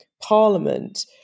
Parliament